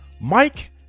Mike